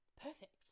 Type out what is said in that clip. perfect